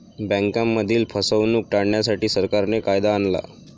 बँकांमधील फसवणूक टाळण्यासाठी, सरकारने कायदा आणला